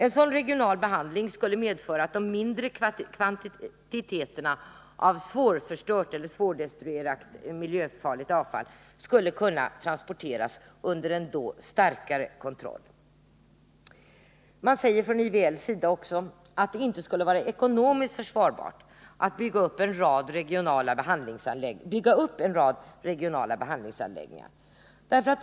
En regional behandlingsanläggning skulle medföra att de mindre kvantiteterna av svårdestruerat miljöfarligt avfall skulle kunna transporteras under en starkare kontroll. IVL säger också att det inte skulle vara ekonomiskt försvarbart att bygga upp en rad av regionala behandlingsanläggningar.